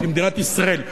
למדינת ישראל?